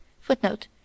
Footnote